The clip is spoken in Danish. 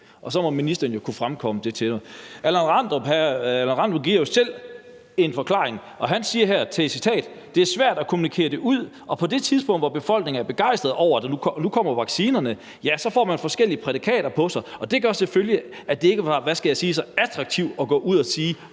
og så må ministeren jo kunne fremkomme med det til mig. Allan Randrup Thomsen giver jo selv en forklaring, og han siger her til citat: »Det er svært at kommunikere det ud på et tidspunkt, hvor befolkningen er begejstret over, at nu kommer vaccinerne. Så får man forskellige prædikater på sig, og det gør selvfølgelig, at det ikke var så, hvad skal man sige, attraktivt at gå ud og sige: